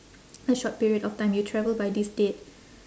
a short period of time you travel by this date